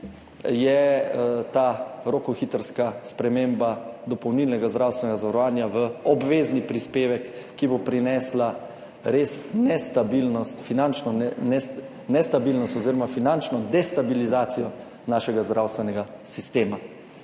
je ta rokohitrska sprememba dopolnilnega zdravstvenega zavarovanja v obvezni prispevek, ki bo prinesla res nestabilnost, finančno nestabilnost oziroma finančno destabilizacijo našega zdravstvenega sistema.